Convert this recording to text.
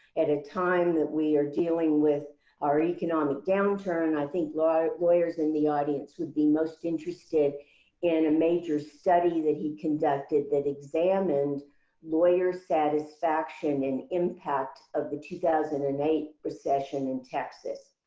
at a time that we are dealing with our economic downturn, i think lawyers in the audience would be most interested in a major study that he conducted that examined lawyer satisfaction and impact of the two thousand and eight recession in texas.